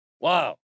Wow